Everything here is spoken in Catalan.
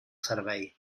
servei